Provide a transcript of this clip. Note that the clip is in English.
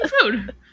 food